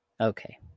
okay